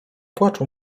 płaczu